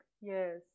Yes